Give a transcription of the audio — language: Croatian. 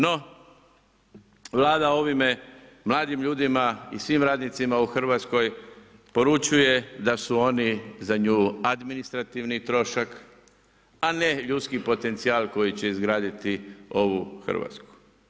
No, Vlada ovime mladim ljudima i svim radnicima u Hrvatskoj poručuje da su oni za nju administrativni troška, a ne ljudski potencijal koji će izgraditi ovu Hrvatsku.